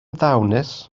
ddawnus